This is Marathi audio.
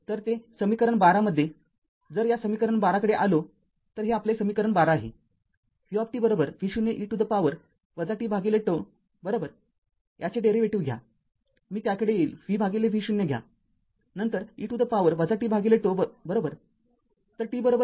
तर ते समीकरण १२ मध्ये जर या समीकरण १२ कडे आलो तर हे आपले समीकरण १२ आहे vv0 e to the power tζ बरोबर याचे डेरीवेटीव्ह घ्या मी त्याकडे येईल vv0 घ्या नंतर e to the power tζ बरोबर